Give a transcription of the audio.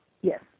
Yes